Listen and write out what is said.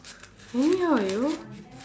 anyhow eh you